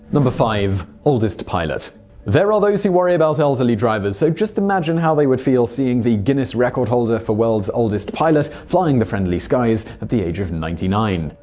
five. oldest pilot there are those who worry about elderly drivers, so just imagine how they would feel seeing the guinness record holder for world's oldest pilot flying the friendly skies at the age of ninety nine.